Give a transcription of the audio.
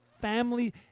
family